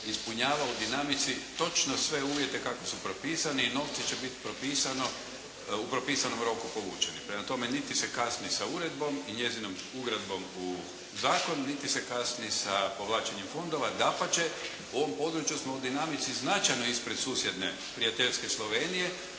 ispunjava u dinamici točno sve uvjete kako su propisani. I novci će biti u propisanom roku povučeni. Prema tome niti se kasni sa uredbom i njezinom ugradbom u zakon niti se kasni sa povlačenjem fondova. Dapače, u ovom području smo u dinamici značajno ispred susjedne, prijateljske Slovenije